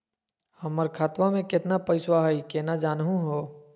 हमर खतवा मे केतना पैसवा हई, केना जानहु हो?